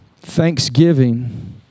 Thanksgiving